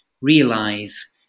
realize